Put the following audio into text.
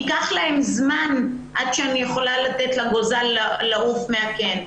ייקח להם זמן עד שאני יכולה לתת לגוזל לעוף מהקן.